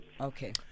okay